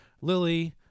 Lily